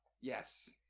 Yes